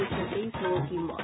एक सौ तेईस लोगों की मौत